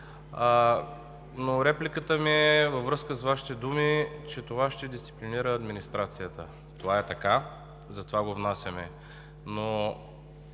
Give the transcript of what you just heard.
Репликата ми е във връзка с Вашите думи, че това ще дисциплинира администрацията. Това е така, затова го внасяме.